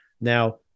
Now